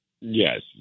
Yes